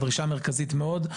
דרישה מרכזית מאוד,